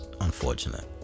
unfortunate